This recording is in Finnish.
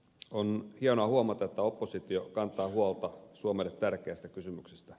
on hienoa huomata että oppositio kantaa huolta suomelle tärkeästä kysymyksestä